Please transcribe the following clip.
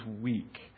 weak